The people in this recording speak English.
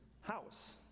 house